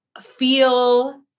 feel